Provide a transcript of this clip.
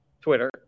Twitter